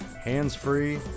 hands-free